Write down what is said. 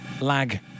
lag